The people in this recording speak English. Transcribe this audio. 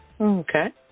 Okay